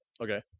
okay